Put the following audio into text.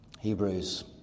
hebrews